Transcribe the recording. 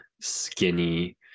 skinny